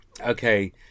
Okay